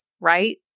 right